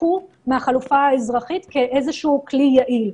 תשכחו מהחלופה האזרחית כאיזשהו כלי יעיל.